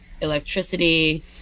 electricity